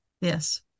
Yes